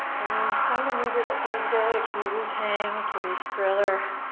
and then find a mudra that feels good. it can be wu-tang, it could be thriller,